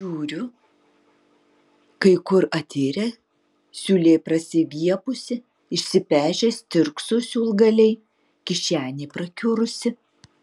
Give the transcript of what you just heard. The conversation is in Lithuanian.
žiūriu kai kur atirę siūlė prasiviepusi išsipešę stirkso siūlgaliai kišenė prakiurusi